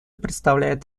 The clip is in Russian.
представляет